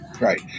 right